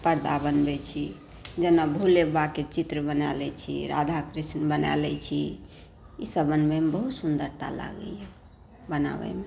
पर्दा बनबै छी जेना भोले बाबाके चित्र बना लै छी राधा कृष्ण बना लै छी ई सभ बनबैमे बहुत सुन्दरता लागैए बनाबैमे